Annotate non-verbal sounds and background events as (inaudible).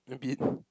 a bit (breath)